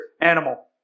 animal